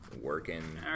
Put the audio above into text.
Working